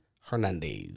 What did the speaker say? Hernandez